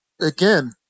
again